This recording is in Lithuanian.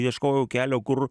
ieškojau kelio kur